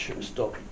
stop